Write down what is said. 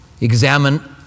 examine